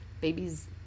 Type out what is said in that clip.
babies